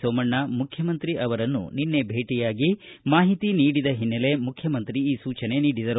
ಸೋಮಣ್ಣ ಮುಖ್ಯಮಂತ್ರಿ ಅವರನ್ನು ನಿನ್ನೆ ಭೇಟಿಯಾಗಿ ಮಾಹಿತಿ ನೀಡಿದ ಹಿನ್ನೆಲೆ ಮುಖ್ಯಮಂತ್ರಿ ಈ ಸೂಚನೆ ನೀಡಿದರು